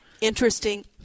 interesting